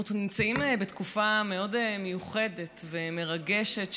אנחנו נמצאים בתקופה מאוד מיוחדת ומרגשת,